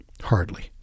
Hardly